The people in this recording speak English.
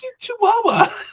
chihuahua